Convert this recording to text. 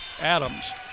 Adams